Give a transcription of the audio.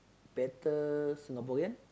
better Singaporean